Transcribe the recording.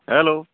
hello